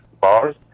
bars